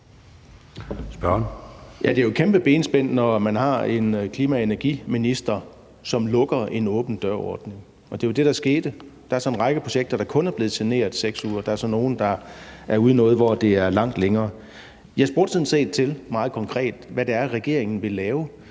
jo et kæmpe benspænd, når man har en klima- og energiminister, som lukker en åben dør-ordning, og det var jo det, der skete. Der er så en række projekter, der kun er blevet saneret 6 uger, og der er så nogle, der er ude i, at det er langt længere. Jeg spurgte sådan set til, meget konkret, hvad det er, regeringen vil lave